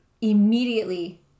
immediately